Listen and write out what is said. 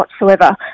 whatsoever